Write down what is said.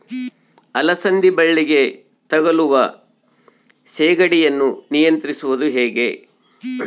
ಅಲಸಂದಿ ಬಳ್ಳಿಗೆ ತಗುಲುವ ಸೇಗಡಿ ಯನ್ನು ನಿಯಂತ್ರಿಸುವುದು ಹೇಗೆ?